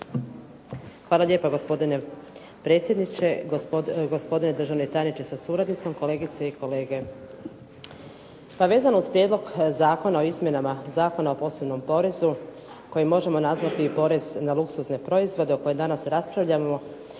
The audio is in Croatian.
Hvala lijepa gospodine predsjedniče, gospodine državni tajniče sa suradnicom, kolegice i kolege. Pa vezano uz Prijedlog Zakona o izmjenama Zakona o posebnom porezu koji možemo nazvati porez na luksuzne proizvode o kojem danas raspravljamo,